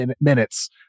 minutes